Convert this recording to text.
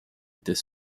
était